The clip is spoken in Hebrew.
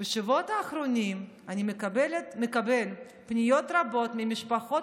בשבועות האחרונים אני מקבל פניות רבות ממשפחות